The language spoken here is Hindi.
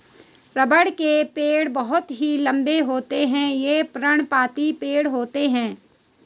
रबड़ के पेड़ बहुत ही लंबे होते हैं ये पर्णपाती पेड़ होते है